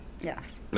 Yes